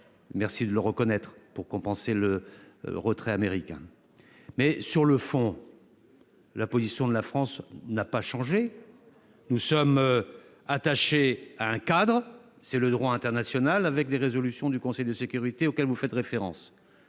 aide à l'Unrwa pour compenser le retrait américain. Je vous remercie de le reconnaître. La position de la France n'a pas changé. Nous sommes attachés à un cadre : le droit international, avec les résolutions du Conseil de sécurité auxquelles vous faites référence.